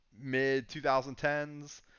mid-2010s